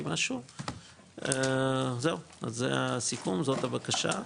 אז זה הסיכום, זאת הבקשה.